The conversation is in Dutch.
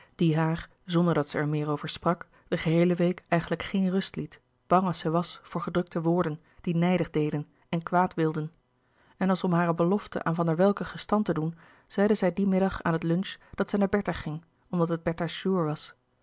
die haar zonder dat zij er meer over sprak de geheele week eigenlijk geen rust liet bang als zij was voor gedrukte woorden die nijdig deden en kwaad wilden en als om hare belofte aan louis couperus de boeken der kleine zielen van der welcke gestand te doen zeide zij dien middag aan het lunch dat zij naar bertha ging omdat het bertha's jour was